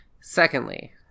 Secondly